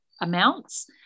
amounts